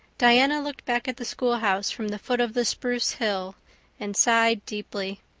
diana looked back at the schoolhouse from the foot of the spruce hill and sighed deeply.